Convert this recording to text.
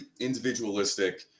individualistic